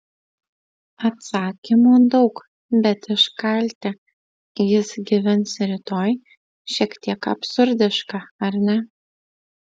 atsakymų daug bet iškalti jis gyvens rytoj šiek tiek absurdiška ar ne